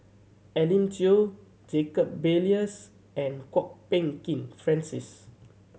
Elim Chew Jacob Ballas and Kwok Peng Kin Francis